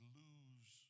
lose